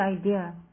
idea